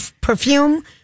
perfume